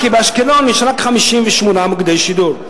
כי באשקלון יש רק 58 מוקדי שידור.